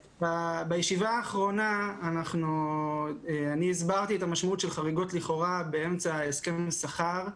בישיבה האחרונה הסברתי את המשמעות של חריגות לכאורה באמצע הסכם השכר.